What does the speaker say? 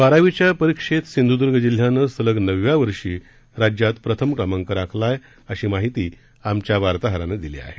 बारावीच्या परीक्षेत सिंध्दर्ग जिल्ह्यानं सलग नवव्या वर्षी राज्यात प्रथम क्रमांक राखला आहे अशी माहिती आमच्या वार्ताहरानं दिली आहे